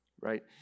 right